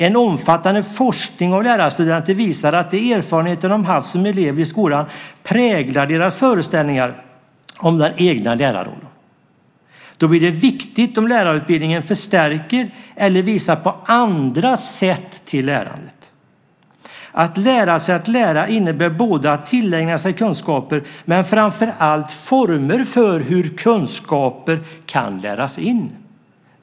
En omfattande forskning om lärarstudenter visar att de erfarenheter som de haft som elever i skolan präglar deras föreställningar om den egna lärarrollen. Då blir det viktigt att lärarutbildningen förstärker eller visar på andra sätt till lärandet. Att lära sig att lära andra innebär både att tillägna sig kunskaper men framför allt former för hur kunskaper kan läras in.